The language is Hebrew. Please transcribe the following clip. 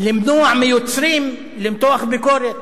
למנוע מיוצרים למתוח ביקורת,